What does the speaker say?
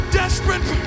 desperate